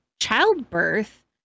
childbirth